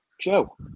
Joe